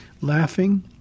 laughing